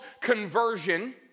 Conversion